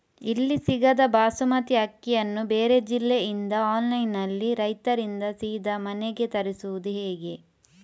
ಇಲ್ಲಿ ಸಿಗದ ಬಾಸುಮತಿ ಅಕ್ಕಿಯನ್ನು ಬೇರೆ ಜಿಲ್ಲೆ ಇಂದ ಆನ್ಲೈನ್ನಲ್ಲಿ ರೈತರಿಂದ ಸೀದಾ ಮನೆಗೆ ತರಿಸುವುದು ಹೇಗೆ?